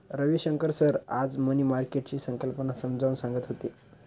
Ravishankar sir आज money मार्केटची संकल्पना समजावून सांगत होते